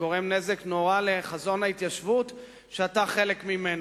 וגורם נזק נורא לחזון ההתיישבות שאתה חלק ממנו.